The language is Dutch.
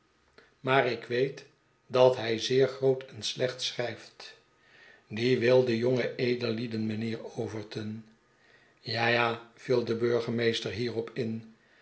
maar ik weet dat hij zeer groot en slecht schrijft die wilde jonge edellieden mijnheer overton ja ja viel de burgemeester hierop in